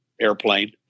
airplane